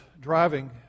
driving